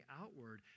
outward